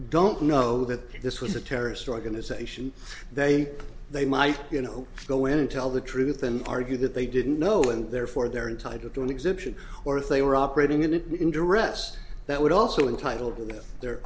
don't know that this was a terrorist organization they they might you know go in and tell the truth and argue that they didn't know and therefore they're entitled to an exemption or if they were operating in an interest that would also entitled to get their